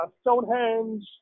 Stonehenge